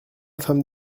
femme